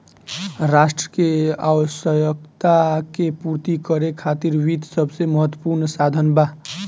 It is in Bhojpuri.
राष्ट्र के आवश्यकता के पूर्ति करे खातिर वित्त सबसे महत्वपूर्ण साधन बा